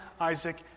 Isaac